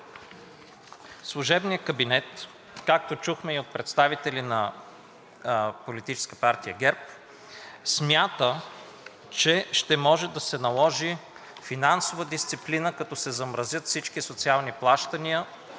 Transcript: служебният кабинет, както чухме и от представители на Политическа партия ГЕРБ, смята, че ще може да се наложи финансова дисциплина, като се замразят всички социални плащания